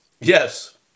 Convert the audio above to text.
Yes